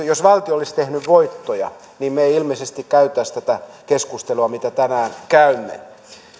jos valtio olisi tehnyt voittoja me emme ilmeisesti kävisi tätä keskustelua mitä tänään käymme